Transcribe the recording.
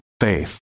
faith